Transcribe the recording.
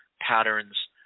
patterns